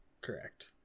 Correct